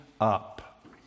up